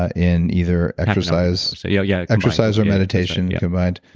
ah in either exercise so yeah yeah exercise or meditation yeah combined.